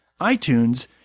iTunes